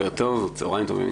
צהריים טובים.